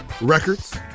Records